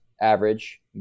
average